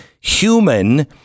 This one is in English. human